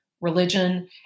religion